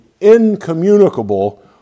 incommunicable